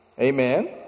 Amen